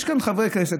יש כאן חברי כנסת,